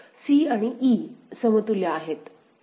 c आणि e समतुल्य आहेत